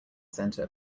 center